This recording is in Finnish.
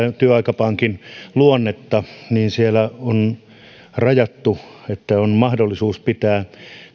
työaikapankin luonnetta niin siellä on rajattu että on mahdollisuus pitää